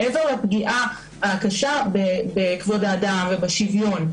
מעבר לפגיעה הקשה בכבוד האדם ובשוויון,